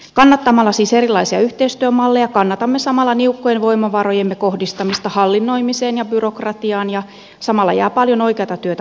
kannattamalla siis erilaisia yhteistyömalleja kannatamme samalla niukkojen voimavarojemme kohdistamista hallinnoimiseen ja byrokratiaan ja samalla jää paljon oikeata työtä hoitamatta